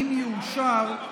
אם יאושר,